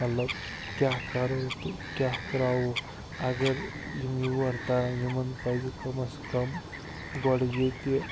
مطلب کیٛاہ کَرو تہٕ کیٛاہ کرٛاوَو اگر یِم یور تَرن یِمن پزٕ کَم از کم گۄڈٕ ییٚتہِ